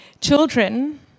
Children